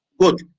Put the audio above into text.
Good